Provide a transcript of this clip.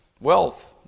wealth